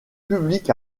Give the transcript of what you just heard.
public